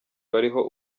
bariho